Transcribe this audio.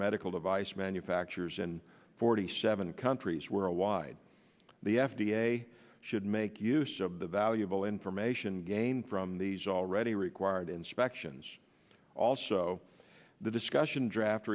medical device manufacturers and forty seven countries worldwide the f d a should make use of the valuable information gained from these already required inspections also the discussion draft